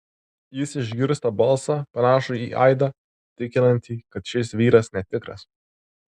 jis išgirsta balsą panašų į aidą tikinantį kad šis vyras netikras